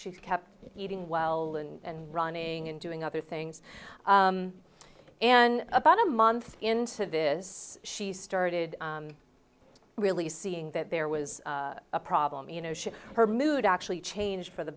she kept eating well and running and doing other things and about a month into this she started really seeing that there was a problem you know she her mood actually changed for the